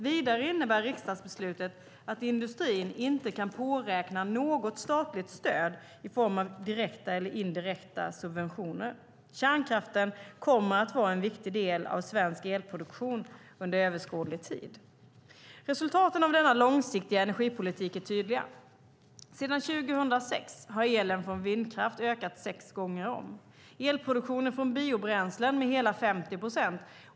Vidare innebär riksdagsbeslutet att industrin inte kan påräkna något statligt stöd i form av direkta eller indirekta subventioner. Kärnkraften kommer att vara en viktig del av svensk elproduktion under överskådlig tid. Resultaten av denna långsiktiga energipolitik är tydliga. Sedan 2006 har elen från vindkraft ökat sex gånger om och elproduktionen från biobränslen med hela 50 procent.